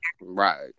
Right